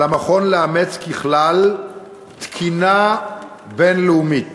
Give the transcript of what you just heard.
על המכון לאמץ ככלל תקינה בין-לאומית